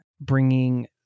bringing